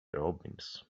robins